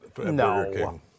No